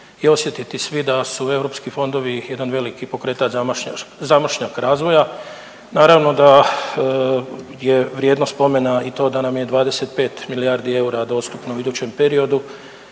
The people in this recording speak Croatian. i osjetiti svi da su europski fondovi jedan veliki pokretač, zamašnjak razvoja. Naravno da je vrijedno spomena i to da nam je 25 milijardi eura dostupno u idućem periodu